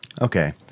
Okay